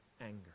anger